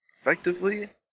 Effectively